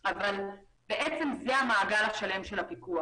זה המעגל השלם של הפיקוח.